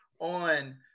on